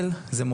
וזה ממשיך